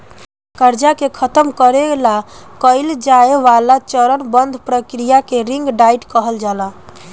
कर्जा के खतम करे ला कइल जाए वाला चरणबद्ध प्रक्रिया के रिंग डाइट कहल जाला